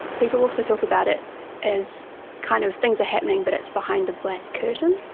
people also talk about it as kind of things are happening but it's behind the black curtain.